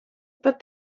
but